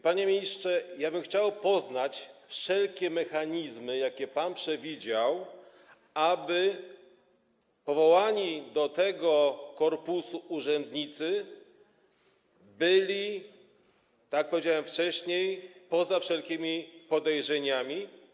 Panie ministrze, jak bym chciał poznać wszelkie mechanizmy, jakie pan przewidział, aby powołani do tego korpusu urzędnicy byli, tak jak powiedziałem wcześniej, poza wszelkimi podejrzeniami,